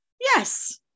yes